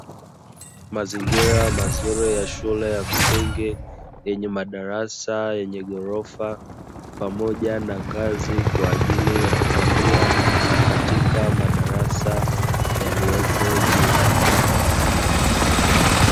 Mazingira mazuri ya shule ya msingi, yenye madarasa yenye ghorofa, pamoja na Ngazi kwaajili ya kupandia katika madarasa yaliyoko juu.